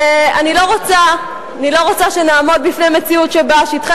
ואני לא רוצה שנעמוד בפני מציאות שבה שטחי